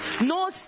No